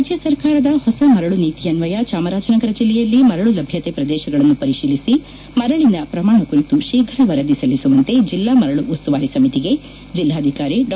ರಾಜ್ಯ ಸರ್ಕಾರದ ಹೊಸ ಮರಳು ನೀತಿಯನ್ನಯ ಚಾಮರಾಜನಗರ ಜಿಲ್ಲೆಯಲ್ಲಿ ಮರಳು ಲಭ್ಯತೆ ಪ್ರದೇಶಗಳನ್ನು ಪರಿಶೀಲಿಸಿ ಮರಳಿನ ಪ್ರಮಾಣ ಕುರಿತು ಶೀಫ್ರ ವರದಿ ಸಲ್ಲಿಸುವಂತೆ ಜಿಲ್ಡಾ ಮರಳು ಉಸ್ತುವಾರಿ ಸಮಿತಿಗೆ ಜಿಲ್ಲಾಧಿಕಾರಿ ಡಾ